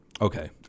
okay